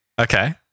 Okay